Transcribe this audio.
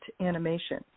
animation